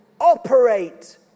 Operate